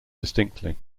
distinctly